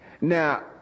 now